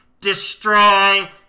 destroy